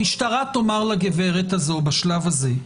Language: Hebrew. המשטרה תאמר לגברת הזו בשלב הזה,